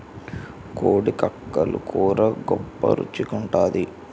కోడి కక్కలు కూర గొప్ప రుచి గుంటాది